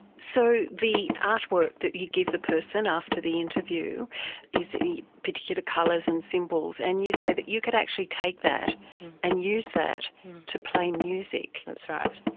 so the artwork that you give the person after the interview is particular colours and symbols, and you say that you could actually take that and use that to play music. that's right.